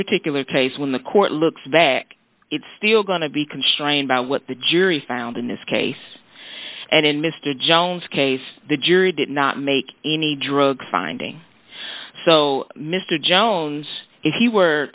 particular case when the court looks back it's still going to be constrained by what the jury found in this case and in mr jones case the jury did not make any drug finding so mr jones if he were